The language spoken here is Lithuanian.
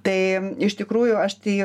tai iš tikrųjų aš tai